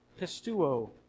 pistuo